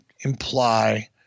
imply